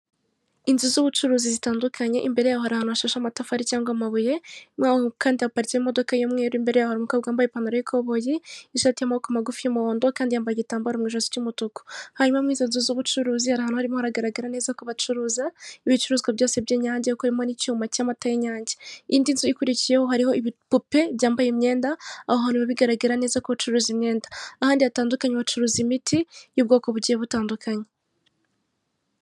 Inzu z'ubucuruzi zitandukanye imbere yaho hari ahantu hashashe amatafari cyangwa amabuye nk'aho kandi haparitsemo imodoka y'umweru, imbere yaho hari umukobwa wambaye ipantaro y'ikoboyi, ishati y'amaboko magufi y'umuhondo kandi yambaye igitambaro mu ijosi cy'umutuku. Hanyuma mu izo nzu z'ubucuruzi hari ahantu harimo haragaragara neza ko bacuruza ibicuruzwa byose by'inyange kuko harimo n'icyuma cy'amata y'inyange. Indi nzu ikurikiyeho hariho ibipupe byambaye imyenda aho hantu biba bigaragara neza ko bacuruza imyenda. Ahandi hatandukanye bacuruza imiti y'ubwoko bugiye butandukanye.